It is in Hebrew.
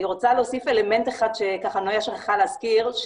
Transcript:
אני רוצה להוסיף אלמנט אחד שנויה שכחה להזכיר,